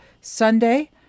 Sunday